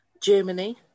Germany